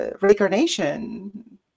reincarnation